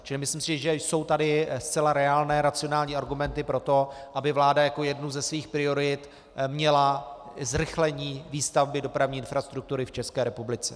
Čili myslím, že jsou tady zcela reálné, racionální argumenty pro to, aby vláda jako jednu ze svých priorit měla zrychlení výstavby dopravní infrastruktury v České republice.